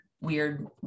weird